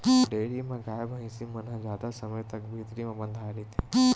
dairy म गाय, भइसी मन ह जादा समे तक भीतरी म बंधाए रहिथे